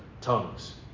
tongues